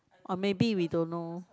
or maybe we don't know